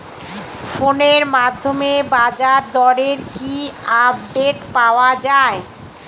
ফোনের মাধ্যমে বাজারদরের কি আপডেট পাওয়া যায়?